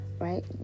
Right